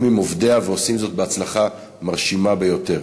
עם עובדיה ועושים את עבודתם בהצלחה מרשימה ביותר.